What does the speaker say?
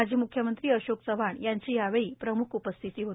माजी मुख्यमंत्री अशोक चव्हाण यांची यावेळी प्रमुख उपस्थिती होती